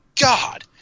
god